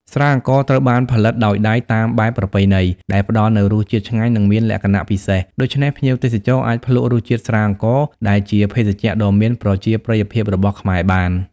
ស្រាអង្ករត្រូវបានផលិតដោយដៃតាមបែបប្រពៃណី ដែលផ្តល់នូវរសជាតិឆ្ងាញ់ និងមានលក្ខណៈពិសេស ដូច្នេះភ្ញៀវទេសចរអាចភ្លក់រសជាតិស្រាអង្ករ ដែលជាភេសជ្ជៈដ៏មានប្រជាប្រិយភាពរបស់ខ្មែរបាន។